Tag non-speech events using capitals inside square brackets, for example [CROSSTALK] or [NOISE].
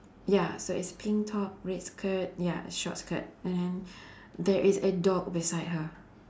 ya so it's pink top red skirt ya short skirt and then [BREATH] there is a dog beside her